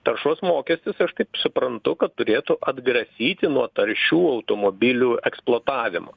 taršos mokestis aš kaip suprantu kad turėtų atgrasyti nuo taršių automobilių eksploatavimo